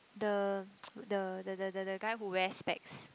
the the the the the the guy who wear specs